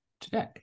today